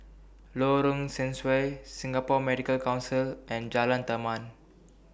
Lorong Sesuai Singapore Medical Council and Jalan Taman